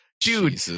Dude